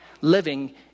living